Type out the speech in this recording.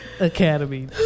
academy